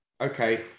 Okay